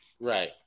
Right